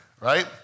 right